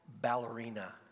ballerina